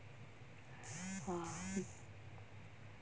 !wah!